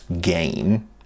gain